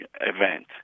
event